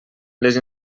les